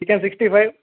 chicken sixty five